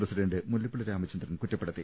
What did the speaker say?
president Mullappally Ramachandran കുറ്റപ്പെടുത്തി